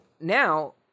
now